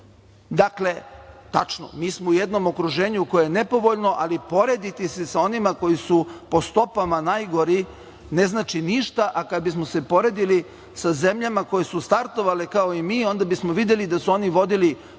godina. Tačno, mi smo u jednom okruženju koje je nepovoljno, ali porediti se sa onima koji su po stopama najgori, ne znači ništa, a kada bismo se poredili sa zemljama koje su startovale kao i mi, onda bismo videli da su oni vodili